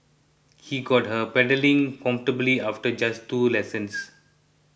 he got her pedalling comfortably after just two lessons